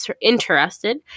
interested